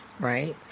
Right